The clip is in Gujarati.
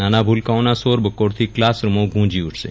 નાના ભૂલકાઓના શોર બકોરથી ક્લાસરૃમો ગુંજી ઉઠશે